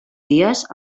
dies